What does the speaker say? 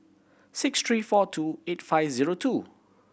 six three four two eight five zero two